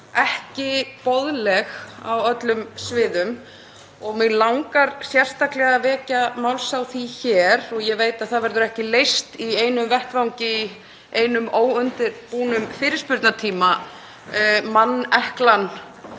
ekki boðleg á öllum sviðum. Mig langar sérstaklega að vekja máls á því hér, og ég veit að hún verður ekki leyst í einu vetfangi, í einum óundirbúnum fyrirspurnatíma, manneklan